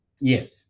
Yes